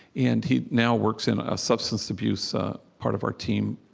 and he now works in a substance abuse ah part of our team,